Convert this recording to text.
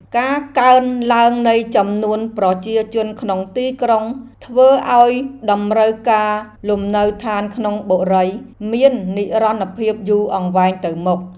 ការកើនឡើងនៃចំនួនប្រជាជនក្នុងទីក្រុងធ្វើឱ្យតម្រូវការលំនៅឋានក្នុងបុរីមាននិរន្តរភាពយូរអង្វែងទៅមុខ។